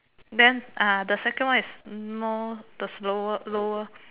then the second one is more the slower lower